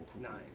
nine